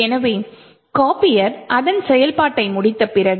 எனவே கோபியர் அதன் செயல்பாட்டை முடித்த பிறகு